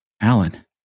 Alan